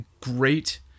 great